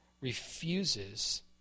refuses